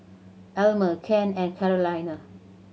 Elmer Ken and Carolina